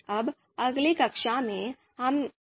अब अगली कक्षा में हम आर